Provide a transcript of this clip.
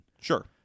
Sure